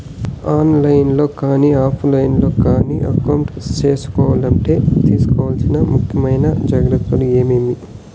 On line లో కానీ offline లో కానీ అకౌంట్ సేసుకోవాలంటే తీసుకోవాల్సిన ముఖ్యమైన జాగ్రత్తలు ఏమేమి?